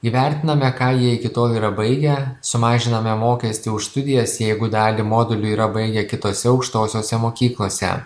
įvertiname ką jie iki tol yra baigę sumažiname mokestį už studijas jeigu dalį modulių yra baigę kitose aukštosiose mokyklose